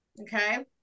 okay